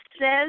says